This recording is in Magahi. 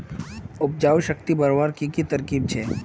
उपजाऊ शक्ति बढ़वार की की तरकीब छे?